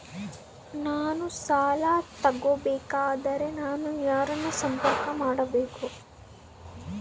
ನಾನು ಸಾಲ ತಗೋಬೇಕಾದರೆ ನಾನು ಯಾರನ್ನು ಸಂಪರ್ಕ ಮಾಡಬೇಕು?